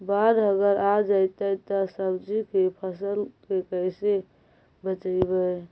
बाढ़ अगर आ जैतै त सब्जी के फ़सल के कैसे बचइबै?